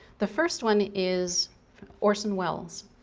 the first one is orson welles.